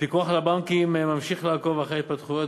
הפיקוח על הבנקים ממשיך לעקוב אחר ההתפתחויות